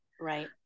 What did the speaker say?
right